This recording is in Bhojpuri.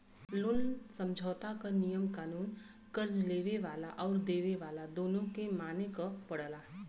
लोन समझौता क नियम कानून कर्ज़ लेवे वाला आउर देवे वाला दोनों के माने क पड़ला